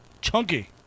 Chunky